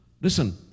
Listen